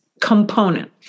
component